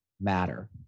matter